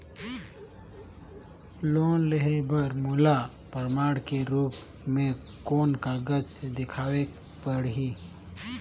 Loan लेहे बर मोला प्रमाण के रूप में कोन कागज दिखावेक पड़ही?